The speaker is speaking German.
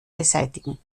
beseitigen